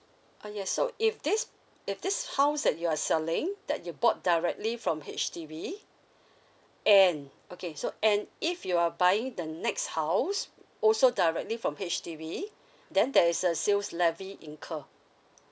ah yes so if this if this house that you are selling that you bought directly from H_D_B and okay so and if you are buying the next house also directly from H_D_B then there is a sales levy incur